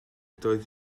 doedd